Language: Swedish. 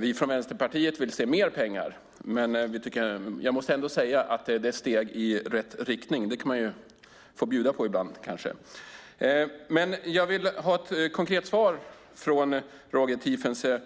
Vi i Vänsterpartiet vill se mer pengar, men jag måste ändå säga att det är ett steg i rätt riktning. Det kan man kanske få bjuda på ibland. Jag vill ha ett konkret svar från Roger Tiefensee